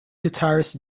guitarist